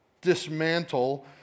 dismantle